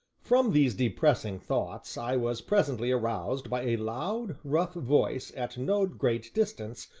from these depressing thoughts i was presently aroused by a loud, rough voice at no great distance,